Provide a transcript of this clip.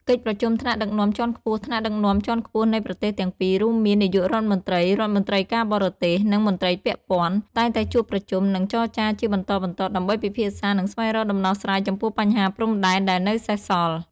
កិច្ចប្រជុំថ្នាក់ដឹកនាំជាន់ខ្ពស់ថ្នាក់ដឹកនាំជាន់ខ្ពស់នៃប្រទេសទាំងពីរ រួមមាន នាយករដ្ឋមន្ត្រី រដ្ឋមន្ត្រីការបរទេស និងមន្ត្រីពាក់ព័ន្ធ តែងតែជួបប្រជុំ និងចរចាជាបន្តបន្ទាប់ ដើម្បីពិភាក្សា និងស្វែងរកដំណោះស្រាយចំពោះបញ្ហាព្រំដែនដែលនៅសេសសល់។